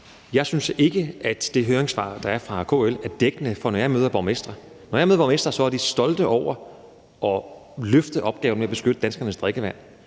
jeg ikke synes, at det høringssvar, der er kommet fra KL, er dækkende. For når jeg møder borgmestre, er de stolte over at løfte opgaven med at beskytte danskernes drikkevand;